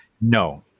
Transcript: No